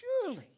surely